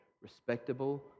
respectable